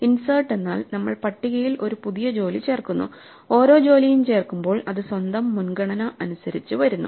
insert എന്നാൽ നമ്മൾ പട്ടികയിൽ ഒരു പുതിയ ജോലി ചേർക്കുന്നു ഓരോ ജോലിയും ചേർക്കുമ്പോൾ അത് സ്വന്തം മുൻഗണന അനുസരിച്ച് വരുന്നു